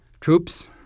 troops